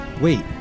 Wait